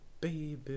Baby